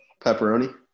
Pepperoni